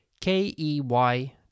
K-E-Y